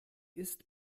ist